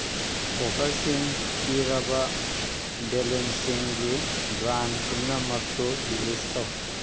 ꯑꯣꯐꯔꯁꯤꯡ ꯄꯤꯔꯕ ꯕꯦꯂꯨꯟꯁꯤꯡꯒꯤ ꯕ꯭ꯔꯥꯟ ꯄꯨꯝꯅꯃꯛꯇꯨ ꯂꯤꯁ ꯇꯧ